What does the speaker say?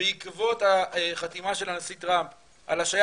בעקבות החתימה של הנשיא טראמפ על הצו